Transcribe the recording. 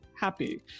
happy